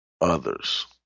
others